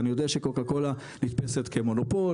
אני יודע שקוקה קולה נתפסת כמונופול,